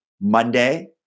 Monday